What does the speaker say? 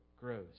grows